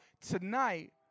tonight